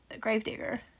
Gravedigger